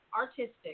artistic